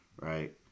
right